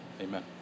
Amen